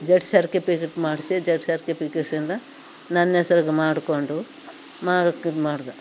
judge ಸರ್ಗೆ predict ಮಾಡಿಸಿ judge ನನ್ನ ಹೆಸ್ರಿಗೆ ಮಾಡಿಕೊಂಡು ಮಾರೋಕೆ ಇದ್ಮಾಡಿದೆ